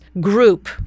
group